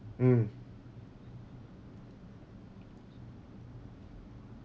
mm